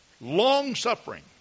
long-suffering